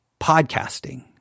podcasting